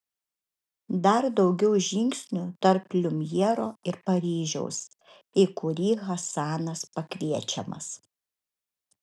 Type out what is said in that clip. dar daugiau žingsnių tarp liumjero ir paryžiaus į kurį hasanas pakviečiamas